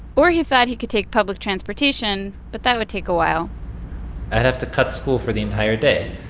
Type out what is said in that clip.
or he thought he could take public transportation, but that would take a while i'd have to cut school for the entire day,